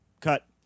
cut